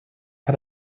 had